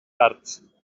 arts